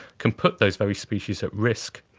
can put those very species at risk